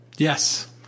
Yes